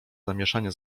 zamieszanie